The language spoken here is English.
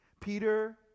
Peter